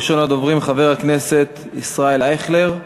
ראשון הדוברים, חבר הכנסת ישראל אייכלר,